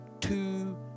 two